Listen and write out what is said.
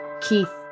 Keith